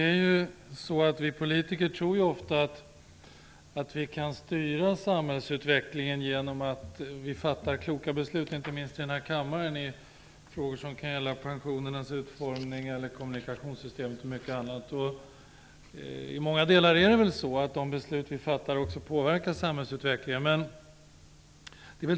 Fru talman! Vi politiker tror ofta att vi kan styra samhällsutvecklingen genom att fatta kloka beslut, inte minst i denna kammare, i frågor som gäller pensionernas utformning, kommunikationssystemet och mycket annat. I många delar påverkar också de beslut som vi fattar samhällsutvecklingen.